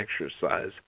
exercise